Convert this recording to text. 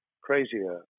crazier